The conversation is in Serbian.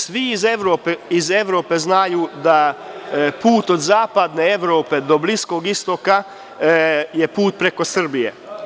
Svi iz Evrope znaju da put od zapadne Evrope do Bliskog istoka je put preko Srbije.